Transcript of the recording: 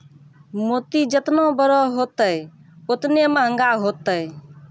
मोती जेतना बड़ो होतै, ओतने मंहगा होतै